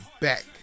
back